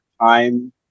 time